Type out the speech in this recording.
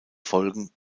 folgen